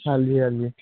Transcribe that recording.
ਹਾਂਜੀ ਹਾਂਜੀ